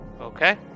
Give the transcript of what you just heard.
Okay